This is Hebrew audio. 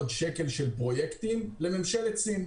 על פרויקטים לממשלת סין.